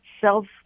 self